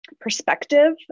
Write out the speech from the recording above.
perspective